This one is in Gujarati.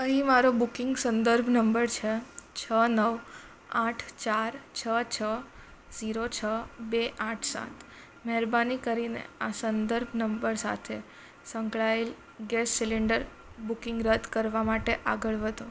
અહીં મારો બુકિંગ સંદર્ભ નંબર છે છ નવ આઠ ચાર છ છ ઝીરો છ બે આઠ સાત મહેરબાની કરીને આ સંદર્ભ નંબર સાથે સંકળાયેલ ગેસ સિલિન્ડર બુકિંગ રદ કરવા માટે આગળ વધો